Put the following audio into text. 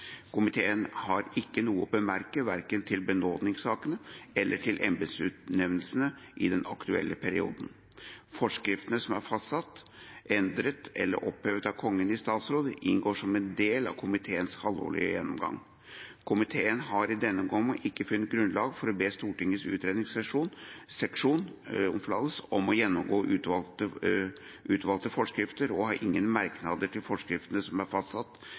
Komiteen har ikke noe å bemerke verken til benådningssakene eller til embetsutnevnelsene i den aktuelle perioden. Forskriftene som er fastsatt, endret eller opphevet av Kongen i statsråd, inngår som en del av komiteens halvårlige gjennomgang. Komiteen har i denne omgang ikke funnet grunnlag for å be Stortingets utredningsseksjon om å gjennomgå utvalgte forskrifter, og har ingen merknader til forskriftene som er fastsatt,